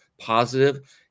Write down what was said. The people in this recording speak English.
positive